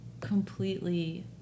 completely